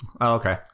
Okay